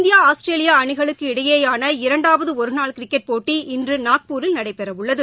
India Australia அணிகளுக்கு இடையேயான இரண்டாவது ஒருநாள் கிரிக்கெட் போட்டி இன்று நாக்பூரில் நடைபெறவுள்ளது